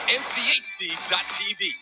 nchc.tv